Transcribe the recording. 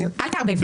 אל תערבב.